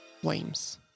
flames